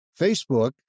Facebook